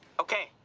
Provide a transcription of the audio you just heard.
okay.